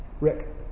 Rick